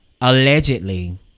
allegedly